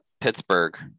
Pittsburgh